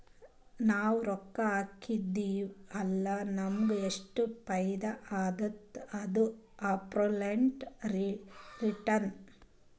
ನಾವ್ ರೊಕ್ಕಾ ಹಾಕಿರ್ತಿವ್ ಅಲ್ಲ ನಮುಗ್ ಎಷ್ಟ ಫೈದಾ ಆತ್ತುದ ಅದು ಅಬ್ಸೊಲುಟ್ ರಿಟರ್ನ್